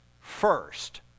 First